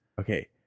Okay